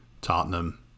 Tottenham